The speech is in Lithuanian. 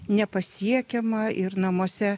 nepasiekiama ir namuose